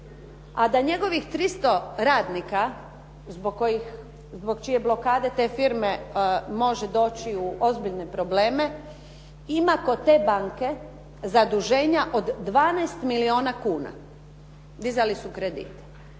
a da njegovih 300 radnika, zbog čije blokade te firme može doći u ozbiljne probleme, ima kod te banke zaduženja od 12 milijuna kuna, dizali su kredite.